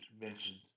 mentioned